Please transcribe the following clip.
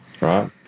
right